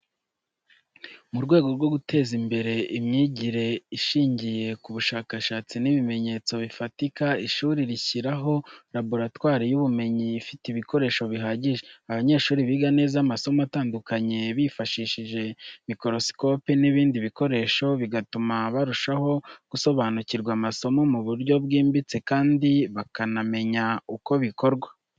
Mu rwego rwo guteza imbere imyigire ishingiye ku bushakashatsi n’ibimenyetso bifatika, ishuri rishyiraho laboratwari y'ubumenyi ifite ibikoresho bihagije. Abanyeshuri biga neza amasomo atandukanye bifashishije mikorosikope n’ibindi bikoresho, bigatuma barushaho gusobanukirwa amasomo mu buryo bwimbitse kandi bakanamenya uko bikorwa.